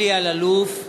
אלי אלאלוף,